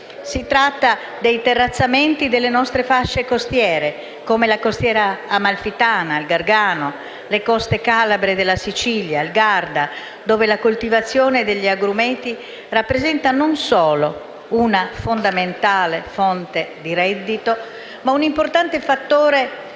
Si tratta dei terrazzamenti delle nostre fasce costiere, come la costiera amalfitana, il Gargano, le coste calabre e della Sicilia, il Garda, dove la coltivazione degli agrumeti rappresenta non solo una fondamentale fonte di reddito, ma anche un importante fattore